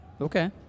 Okay